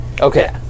Okay